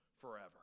forever